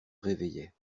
réveillait